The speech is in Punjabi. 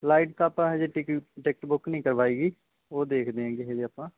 ਲਾਈਕ ਤਾਂ ਆਪਾਂ ਹਜੇ ਟਿਕੀ ਟਿਕਟ ਬੁੱਕ ਨਹੀਂ ਕਰਵਾਈ ਗੀ ਉਹ ਦੇਖਦੇ ਹੈਗੇ ਹਜੇ ਆਪਾਂ